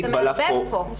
אז אתה מבלבל פה.